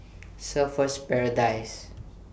Surfer's Paradise